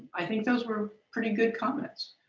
i think those were pretty good comments.